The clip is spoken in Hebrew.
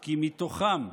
כי מתוכם,